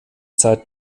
zeit